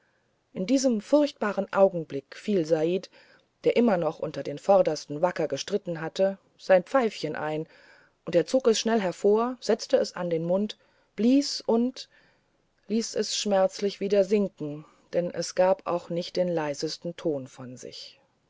in diesem furchtbaren augenblick fiel said der immer unter den vordersten wacker gestritten hatte sein pfeifchen ein er zog es schnell hervor setzte es an den mund blies und ließ es schmerzlich wieder sinken denn es gab auch nicht den leisesten ton von sich